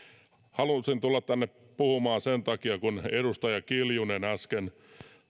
halusin tulla tänne puhumaan sen takia kun edustaja kiljunen äsken